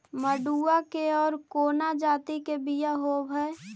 मडूया के और कौनो जाति के बियाह होव हैं?